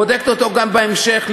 בודקת אותו גם בהמשך,